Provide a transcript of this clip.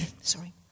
Sorry